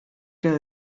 que